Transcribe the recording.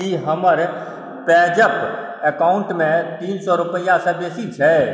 की हमर PayZapp अकाउंटमे तीन सए रूपैआसँ बेसी छै